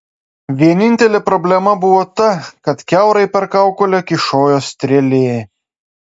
vienintelė problema buvo ta kad kiaurai per kaukolę kyšojo strėlė